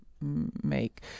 Make